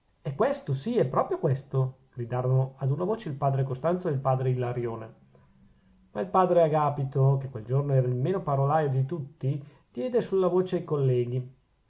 è questo sì è proprio questo gridarono ad una voce il padre costanzo e il padre ilarione ma il padre agapito che quel giorno era il meno parolaio di tutti diede sulla voce ai colleghi